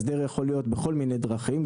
הסדר יכול להיות בכל מיני דרכים,